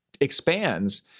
expands